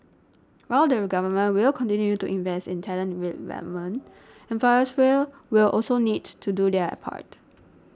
while the Government will continue to invest in talent development employers will also need to do their part